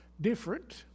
different